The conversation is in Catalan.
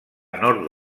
nord